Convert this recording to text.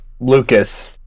Lucas